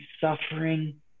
suffering